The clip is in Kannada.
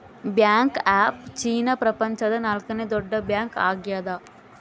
ಬ್ಯಾಂಕ್ ಆಫ್ ಚೀನಾ ಪ್ರಪಂಚದ ನಾಲ್ಕನೆ ದೊಡ್ಡ ಬ್ಯಾಂಕ್ ಆಗ್ಯದ